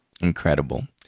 Incredible